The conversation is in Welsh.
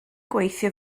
gweithio